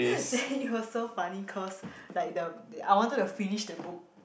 then it was so funny cause like the I wanted to finish the book